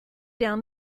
down